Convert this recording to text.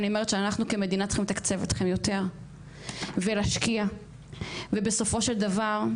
אני אומרת שאנחנו כמדינה צריכים לתקצב אותם יותר ולהשקיע ובסופו של דבר,